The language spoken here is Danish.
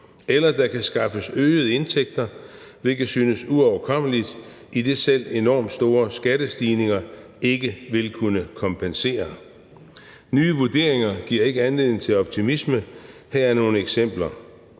eller der kan skaffes øgede indtægter, hvilket synes uoverkommeligt, idet selv enormt store skattestigninger ikke vil kunne kompensere. Nye vurderinger giver ikke anledning til optimisme. Her er nogle eksempler: